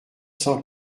cent